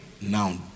now